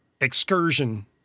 excursion